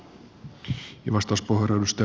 arvoisa puhemies